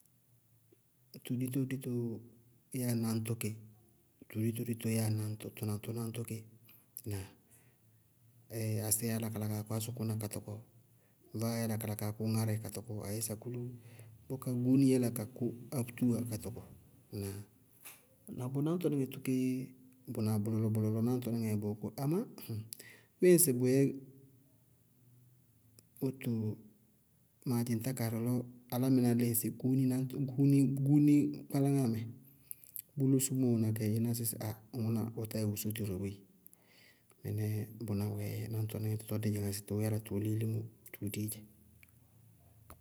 Tʋ dito dito yáa náñtɔ ké, tʋ dito dito yáa náñtɔ, tʋ naŋtʋna ñtɔ ké. Ŋnáa? ásiya yála ka la kʋ ásʋkʋná ka tɔkɔ, vaáa yála ka la kaa ŋárɛ ka tɔkɔ abéé sakúlú, bʋká gúúni yála ka kʋ átúwa ka tɔkɔ, ŋnáa? Na bʋ náñtɔnɩŋɛ tʋ kéé bʋna bʋlɔlɔ bʋlɔlɔ náñtɔnɩŋɛɛ bʋʋ kʋ, amá, bɩɩ ŋsɩ bʋyɛ wóto, maadzɩŋtá karɩ lɔɔ álámɩná lí ŋsɩ gúúni náñtɔn gúúni gúúni kpáláŋáa mɛ, bɩɩ losumó wɛná kɛ, ɩɩ ná sɩ ah ŋʋná ɔ táyɛ wosóotí ró boé. Mɩnɛɛ bʋná wɛɛ dzɛ, náñtɔnɩŋɛ tɔɔ dɩɩ gnaña sɩ tʋʋ yála tʋʋ lí ilimó tʋʋ dii dzɛ.